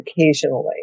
occasionally